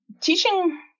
teaching